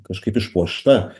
kažkaip išpuošta